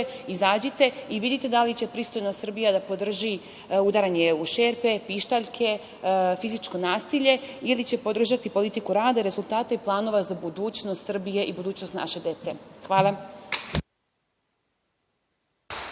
Izađite i vidite da li će pristojna Srbija da podrži udaranje u šerpe, pištaljke, fizičko nasilje, ili će podržati politiku rada, rezultate i planove za budućnost Srbije i budućnost naše dece. Hvala.